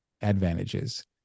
advantages